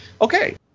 Okay